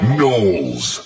Knowles